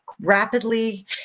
rapidly